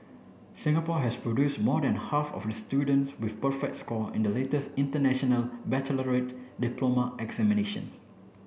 Singapore has produce more than half of the students with perfect score in the latest International Baccalaureate diploma examination